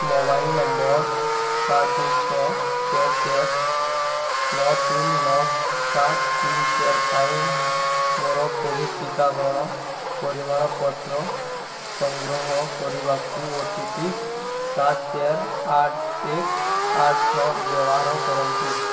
mobile number ସାତ ଦୁଇ ଛଅ ଚାର ଚାର ନଅ ତିନ ନଅ ସାତ ତିନ ଚାର ପାଇଁ ମୋର କୋଭିଡ଼୍ ଟିକାକରଣ ପରିମାଣ ପତ୍ର ସଂଗ୍ରହ କରିବାକୁ ଓ ଟି ପି ସାତ ଚାର ଆଠ ଏକ ଆଠ ଛଅ ବ୍ୟବହାର କରନ୍ତୁ